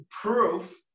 proof